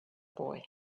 boy